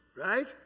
right